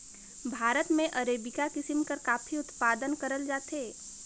भारत में अरेबिका किसिम कर काफी उत्पादन करल जाथे